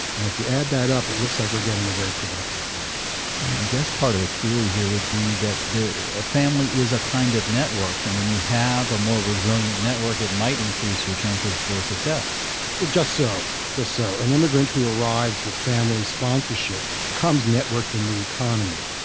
and if you add that up, it looks like we're getting a very productive bunch i mean, i guess part of the theory here would be that a family is a kind of network, and when you have a more resilient network, it might increase your chances for success well just so, just so. an immigrant who arrives with family sponsorship comes networked in the economy.